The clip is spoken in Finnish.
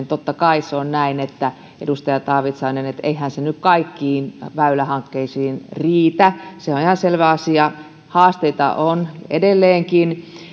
totta kai se on näin edustaja taavitsainen että eihän se nyt kaikkiin väylähankkeisiin riitä se on ihan selvä asia haasteita on edelleenkin